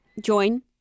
join